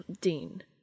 Dean